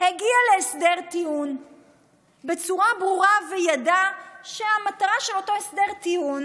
הגיע להסדר טיעון בצורה ברורה וידע שהמטרה של אותו הסדר טיעון